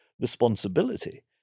responsibility